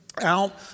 out